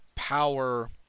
power